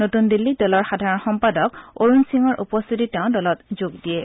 নতুন দিল্লীত দলৰ সাধাৰণ সম্পাদক অৰুণ সিঙৰ উপস্থিতিত তেওঁ দলত যোগ দিয়ে